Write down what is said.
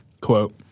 quote